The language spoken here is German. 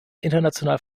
international